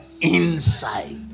inside